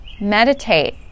meditate